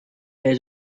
has